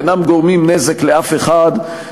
אינם גורמים נזק לאף אחד,